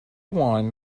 wine